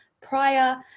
prior